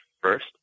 first